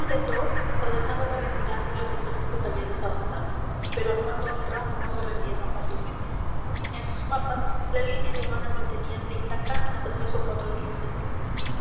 ludendorff ordenaba la retirada y los ejércitos aliados avanzaban pero armando guerra no se rendía tan fácilmente en sus mapas la línea alemana manteníase intacta hasta tres o cuatro días después